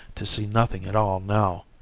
to see nothing at all now.